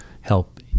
help